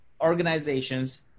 organizations